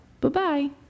Bye-bye